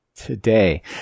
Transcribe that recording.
Today